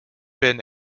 been